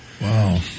Wow